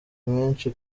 menshi